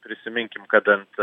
prisiminkim kad ant